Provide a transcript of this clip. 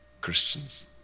Christians